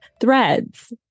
threads